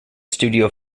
studio